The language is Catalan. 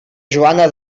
joana